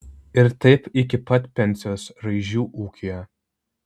ir taip iki pat pensijos raižių ūkyje